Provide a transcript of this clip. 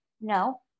no